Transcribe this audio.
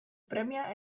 premia